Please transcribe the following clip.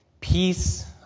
peace